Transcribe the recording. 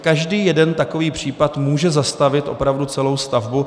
Každý jeden takový případ může zastavit opravdu celou stavbu.